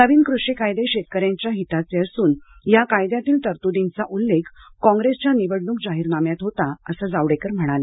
नवीन कृषी कायदे शेतकऱ्यांच्या हिताचे असून या कायद्यातील तरतुदींचा उल्लेख कॉंग्रेसच्या निवडणूक जाहीरनाम्यात होता असं जावडेकर म्हणाले